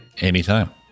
Anytime